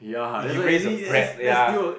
if you raise a brat ya